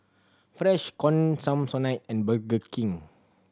Freshkon Samsonite and Burger King